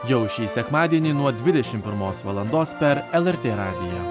jau šį sekmadienį nuo dvidešimt pirmos valandos per lrt radiją